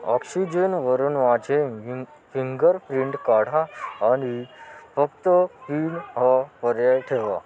oxygen वरणूवाचे वि fingerprint काढा आणि फक्त विन हा पर्याय ठेवा